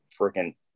freaking